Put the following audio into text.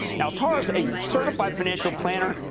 yeah but is a certified financial planner,